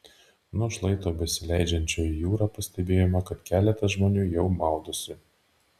nuo šlaito besileidžiančio į jūrą pastebėjome kad keletas žmonių jau maudosi